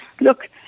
look